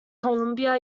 columbia